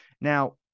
Now